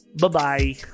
Bye-bye